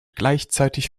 gleichzeitig